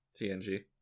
tng